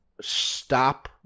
stop